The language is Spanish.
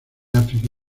áfrica